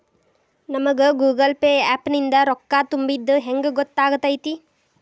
ನಮಗ Google Pay app ನಿಂದ ರೊಕ್ಕಾ ತುಂಬಿದ್ದ ಹೆಂಗ್ ಗೊತ್ತ್ ಆಗತೈತಿ?